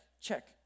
check